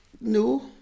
no